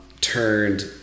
turned